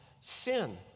sin